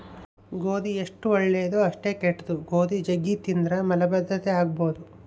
ಗೋಧಿ ಎಷ್ಟು ಒಳ್ಳೆದೊ ಅಷ್ಟೇ ಕೆಟ್ದು, ಗೋಧಿ ಜಗ್ಗಿ ತಿಂದ್ರ ಮಲಬದ್ಧತೆ ಆಗಬೊದು